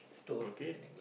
okay